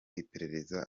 iperereza